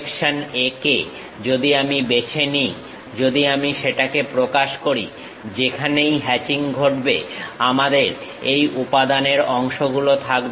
section A কে যদি আমি বেছে নিই যদি আমি সেটাকে প্রকাশ করি যেখানেই হ্যাচিং ঘটবে আমাদের এই উপাদানের অংশগুলো থাকবে